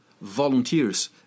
volunteers